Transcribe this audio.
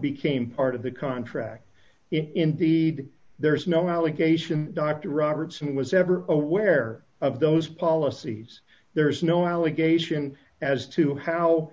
became part of the contract indeed there's no allegation dr robertson was ever aware of those policies there is no allegation as to how